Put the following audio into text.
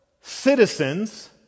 citizens